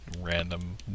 random